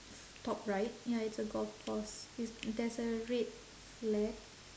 top right ya it's a golf course it's there's a red flag